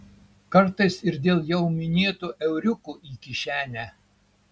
kartais ir dėl jau minėtų euriukų į kišenę